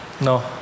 No